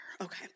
Okay